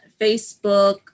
Facebook